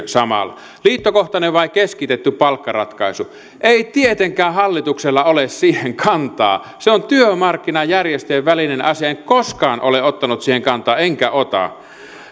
samalla liittokohtainen vai keskitetty palkkaratkaisu ei tietenkään hallituksella ole siihen kantaa se on työmarkkinajärjestöjen välinen asia en koskaan ole ottanut siihen kantaa enkä ota